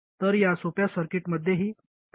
तर या सोप्या सर्किटमध्येही फीडबॅक आहे